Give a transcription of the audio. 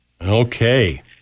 Okay